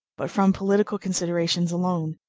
but from political considerations alone,